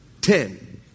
Ten